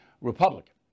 Republican